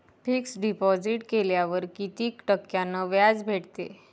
Fix deposit केल्यावर कितीक टक्क्यान व्याज भेटते?